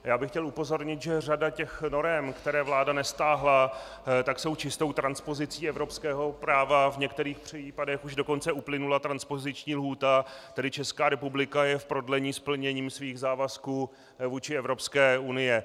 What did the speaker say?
Já bych chtěl upozornit, že řada norem, které vláda nestáhla, tak jsou čistou transpozicí evropského práva, v některých případech už dokonce uplynula transpoziční lhůta, tedy Česká republika je v prodlení s plněním svých závazků vůči Evropské unii.